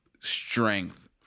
strength